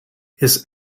his